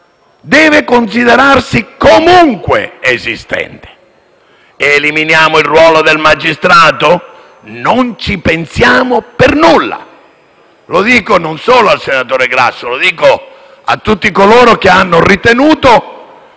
deve considerarsi comunque esistente. Eliminiamo il ruolo del magistrato? Non ci pensiamo per nulla. Lo dico non solo al senatore Grasso, ma a tutti coloro che hanno ritenuto